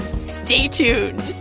stay tuned